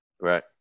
Right